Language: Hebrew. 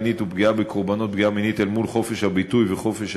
מין ופגיעה בקורבנות פגיעה מינית אל מול חופש הביטוי וחופש